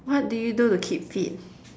what do you do to keep fit